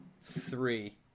three